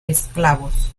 esclavos